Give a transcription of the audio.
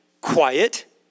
quiet